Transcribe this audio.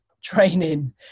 training